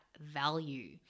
value